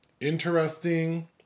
interesting